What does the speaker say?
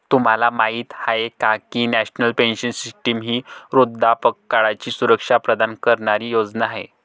तुम्हाला माहिती आहे का की नॅशनल पेन्शन सिस्टीम ही वृद्धापकाळाची सुरक्षा प्रदान करणारी योजना आहे